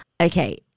Okay